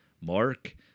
Mark